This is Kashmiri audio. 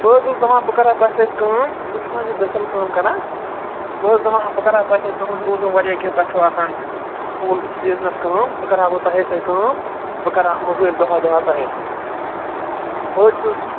بہٕ حظ اوسُس دپان بہٕ کَرٕہا تۄہہِ سۭتۍ کٲم تُہۍ چھُو نہٕ حظ یہِ دٔسِل کٲم کران بہٕ حظ دَپان بہٕ کرٕہا تۄہہِ سۭتۍ تُہُنٛد بوٗزُم واریاہ کیٚنٛہہ تۄہہِ چھُو آسان فُل سیٖزنَس کٲم بہٕ کرہا وۄنۍ تۄہے سۭتۍ کٲم بہٕ کرہا مٔزوٗرۍ دۄہا دۄہا تۄہے سۭتۍ بہٕ حظ چھُس